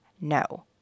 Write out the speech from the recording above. no